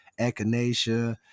echinacea